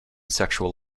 sexual